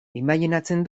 imajinatzen